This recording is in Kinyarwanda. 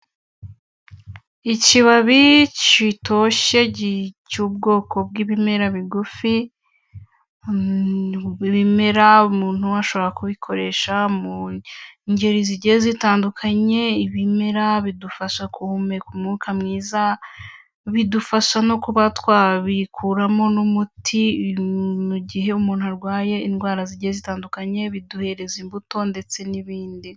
Ikibabi kitoshye cy'ubwoko bw'ibimera bigufi, bimera umuntu ashobora kubikoresha mu ngeri zigiye zitandukanye, ibimera bidufasha guhumeka umwuka mwiza, bidufasha no kuba twabikuramo n'umuti mu gihe umuntu arwaye indwara zigiye zitandukanye, biduhereza imbuto, ndetse n'ibindi.